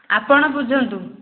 ଆପଣ ବୁଝନ୍ତୁ